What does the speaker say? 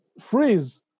freeze